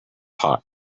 hot